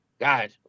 God